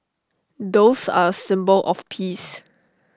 doves are A symbol of peace